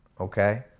okay